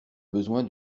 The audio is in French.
besoin